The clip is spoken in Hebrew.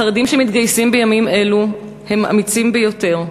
החרדים שמתגייסים בימים אלו הם אמיצים ביותר,